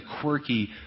quirky